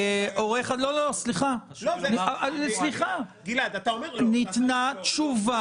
סליחה --- גלעד, אתה אומר לו --- ניתנה תשובה.